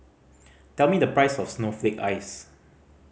tell me the price of snowflake ice